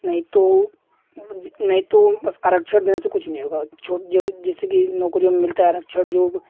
नहीं तो नहीं तो बस आरक्षण देने से कुछ नहीं होगा जो जो जिसकी नौकरियों मिलता आ रहा है जो